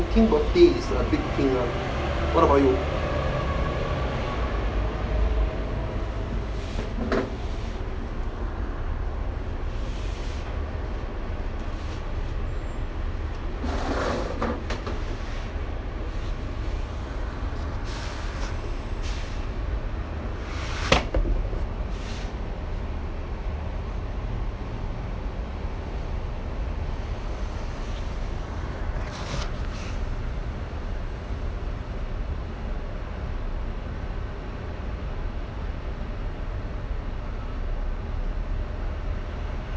think birthday is a big thing lah what about you